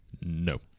No